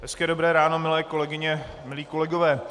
Hezké dobré ráno, milé kolegyně, milí kolegové.